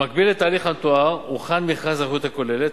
במקביל לתהליך המתואר הוכן מכרז האחריות הכוללת,